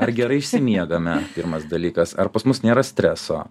ar gerai išsimiegame pirmas dalykas ar pas mus nėra streso